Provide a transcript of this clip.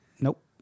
Nope